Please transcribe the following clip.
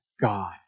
God